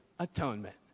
Atonement